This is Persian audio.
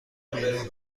بیرون